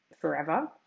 forever